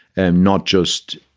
and not just.